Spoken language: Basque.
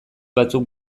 batzuk